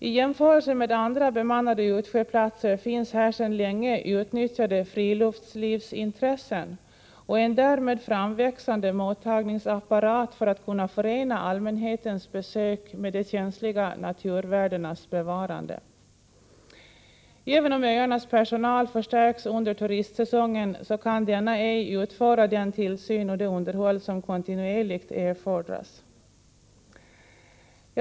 I jämförelse med andra bemannade utsjöplatser finns här sedan länge utnyttjade friluftslivsintressen och en därmed framväxande mottagningsapparat för att kunna förena allmänhetens besök med de känsliga naturvärdenas bevarande. Även om öarnas personal förstärks under turistsäsongen kan denna ej utföra den tillsyn och det underhåll som kontinuerligt erfordras.